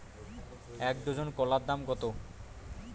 এক ডজন কলার দাম কত?